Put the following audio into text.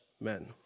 men